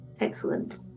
Excellent